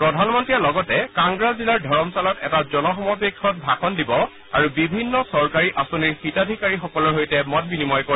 প্ৰধানমন্ত্ৰীয়ে লগতে কাংগ্ৰা জিলাৰ ধৰমশালাত এটা জনসমাৱেশত ভাষণ দিব আৰু বিভিন্ন চৰকাৰী আঁচনিৰ হিতাধিকাৰীসকলৰ সৈতে মত বিনিময় কৰিব